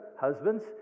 husbands